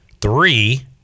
three